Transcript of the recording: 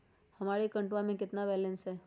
हमारे अकाउंट में कितना बैलेंस है?